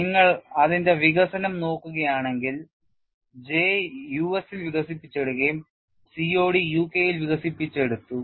നിങ്ങൾ അതിൻ്റെ വികസനം നോക്കുകയാണെങ്കിൽ J യുഎസിൽ വികസിപ്പിച്ചെടുക്കുകയും COD യുകെയിൽ വികസിപ്പിച്ചെടുത്തു